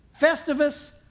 Festivus